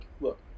look